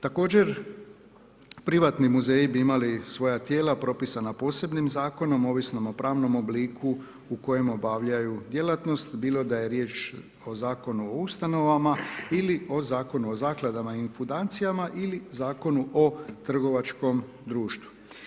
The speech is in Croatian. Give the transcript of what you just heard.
Također, privatni muzeji bi imali svoja tijela propisana posebnim zakonom, ovisnom o pravnom obliku u kojem obavljaju djelatnost, bilo da je riječ o Zakonu o ustanovama ili o Zakonu o zakladama i fundacijama ili Zakonu o trgovačkom društvu.